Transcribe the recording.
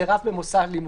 זה רף במוסד לימוד.